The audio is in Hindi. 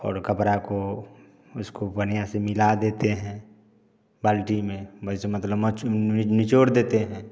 और कपड़ा को उसको बढ़िया से मिला देते हैं बाल्टी में वैसे मतलब निचोड़ देते हैं